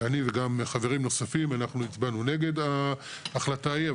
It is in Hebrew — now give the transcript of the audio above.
אני וגם חברים נוספים הצבענו נגד ההחלטה ההיא,